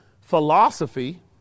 philosophy